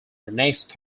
next